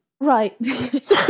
Right